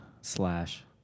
slash